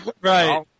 Right